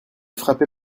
frappé